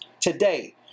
today